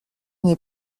n’est